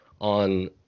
on